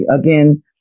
again